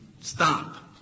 stop